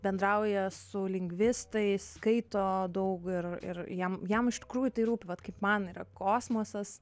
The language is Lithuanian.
bendrauja su lingvistais skaito daug ir ir jam jam iš tikrųjų tai rūpi vat kaip man yra kosmosas